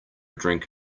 drink